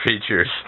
features